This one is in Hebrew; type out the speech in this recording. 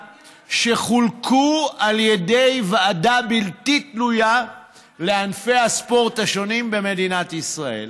שחולקו על ידי ועדה בלתי תלויה לענפי הספורט השונים במדינת ישראל,